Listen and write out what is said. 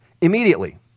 immediately